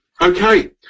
okay